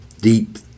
deep